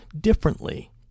differently